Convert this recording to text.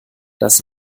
das